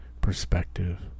perspective